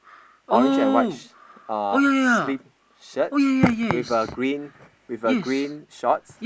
orange and white sh~ uh sleeve shirts with a green with a green shorts